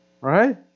right